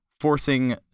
forcing